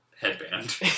headband